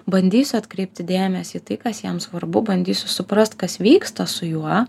bandysiu atkreipti dėmesį tai kas jam svarbu bandysiu suprast kas vyksta su juo